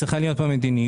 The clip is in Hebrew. צריכה להיות פה מדיניות,